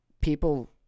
people